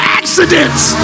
accidents